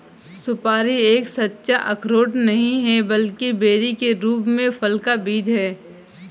सुपारी एक सच्चा अखरोट नहीं है, बल्कि बेरी के रूप में फल का बीज है